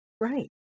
Right